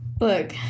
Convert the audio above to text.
Look